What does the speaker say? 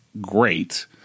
great